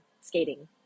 skating